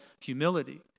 humility